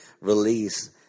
release